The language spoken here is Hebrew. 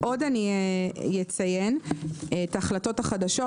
אני אציין את ההחלטות החדשות.